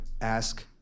ask